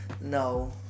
No